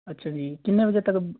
ਅੱਛਾ ਜੀ ਕਿੰਨੇ ਵਜੇ ਤੱਕ